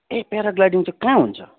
ए paragliding चाहिँ कहाँ हुन्छ